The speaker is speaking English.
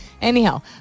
anyhow